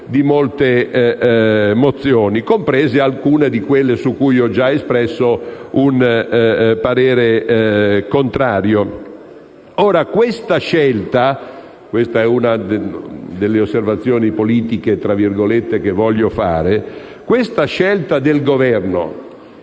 di molte mozioni, comprese alcune di quelle su cui ho già espresso un parere contrario. Una delle osservazioni politiche che voglio fare è che questa scelta del Governo